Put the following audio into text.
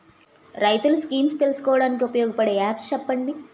రైతులు స్కీమ్స్ తెలుసుకోవడానికి ఉపయోగపడే యాప్స్ చెప్పండి?